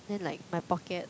then like my pocket